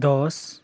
दस